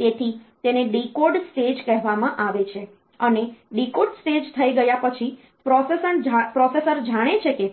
તેથી તેને decode stage કહેવામાં આવે છે અને ડીકોડ સ્ટેજ થઈ ગયા પછી પ્રોસેસર જાણે છે કે